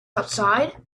outside